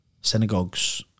synagogues